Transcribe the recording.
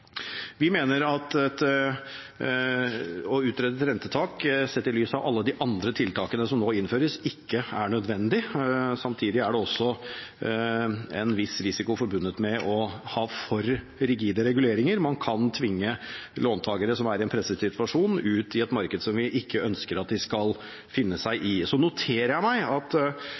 Vi mener at det å utrede et rentetak, sett i lys av alle de andre tiltakene som nå innføres, ikke er nødvendig. Samtidig er det en viss risiko forbundet med å ha for rigide reguleringer. Man kan tvinge låntakere som er i en presset situasjon, ut i et marked som vi ikke ønsker at de skal befinne seg i. Så noterer jeg meg at